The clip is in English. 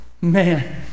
man